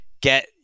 get –